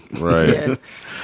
Right